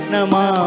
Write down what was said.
Nama